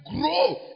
grow